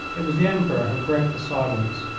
it was the emperor who broke the silence.